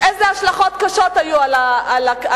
איזה השלכות קשות היו על המשק,